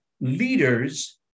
leaders